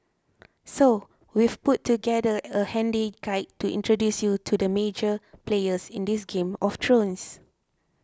so we've put together a handy guide to introduce you to the major players in this game of thrones